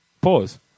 Pause